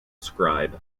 scribe